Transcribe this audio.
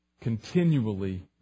Continually